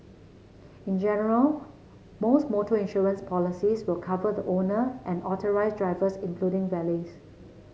in general most motor insurance policies will cover the owner and authorised drivers including valets